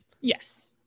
Yes